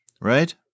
right